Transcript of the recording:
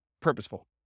purposeful